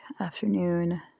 afternoon